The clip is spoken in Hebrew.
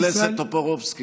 חבר הכנסת טופורובסקי,